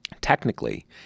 technically